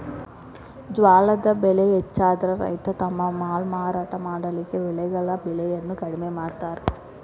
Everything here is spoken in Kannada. ಜ್ವಾಳದ್ ಬೆಳೆ ಹೆಚ್ಚಾದ್ರ ರೈತ ತಮ್ಮ ಮಾಲ್ ಮಾರಾಟ ಮಾಡಲಿಕ್ಕೆ ಬೆಳೆಗಳ ಬೆಲೆಯನ್ನು ಕಡಿಮೆ ಮಾಡತಾರ್